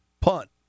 punt